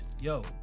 yo